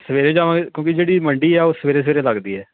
ਸਵੇਰੇ ਜਾਵਾਂਗੇ ਕਿਉਂਕਿ ਜਿਹੜੀ ਮੰਡੀ ਆ ਉਹ ਸਵੇਰੇ ਸਵੇਰੇ ਲਗਦੀ ਹੈ